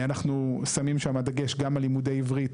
אנחנו שמים שם דגש גם על לימודי עברית,